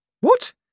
What